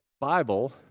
Bible